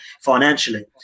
financially